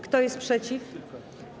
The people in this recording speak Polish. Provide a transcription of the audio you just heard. Kto jest przeciw?